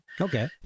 Okay